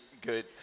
good